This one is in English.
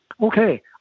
okay